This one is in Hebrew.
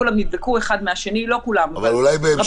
כולם נדבקו אחד מהשני לא כולם אבל רבים.